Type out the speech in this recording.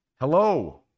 Hello